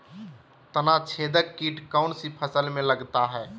तनाछेदक किट कौन सी फसल में लगता है?